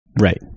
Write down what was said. right